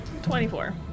24